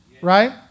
right